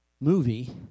movie